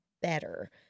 better